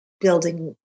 building